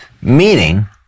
Meaning